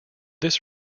this